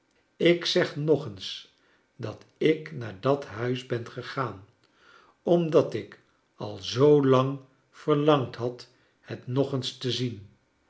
ik zeg nog eens dat ik naar dat huis ben gegaan omdat ik al zoo lang verlangd had het nog eens te zien